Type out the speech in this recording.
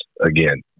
Again